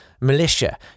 militia